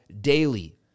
daily